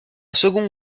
second